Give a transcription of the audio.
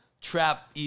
trap